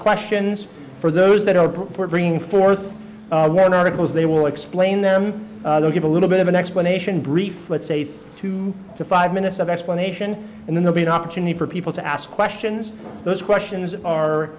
questions for those that are poor bring forth an article as they will explain them give a little bit of an explanation brief let's say two to five minutes of explanation and then they'll be an opportunity for people to ask questions those questions are